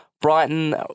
Brighton